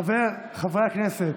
הכנסת)